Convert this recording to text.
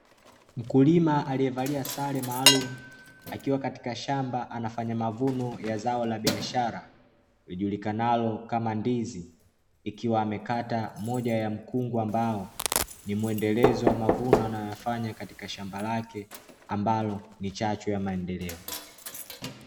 Mkulima aliyevalia sare maalumu, akiwa katika shamba anafanya mavuno ya za la biashara, lijulikanalo kama ndizi. Ikiwa amekata moja ya mkungu, ambapo ni mwendelezo wa mavuno anayofanya katika shamba lake ambalo ni chachu ya maendeleo.